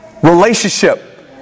Relationship